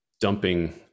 dumping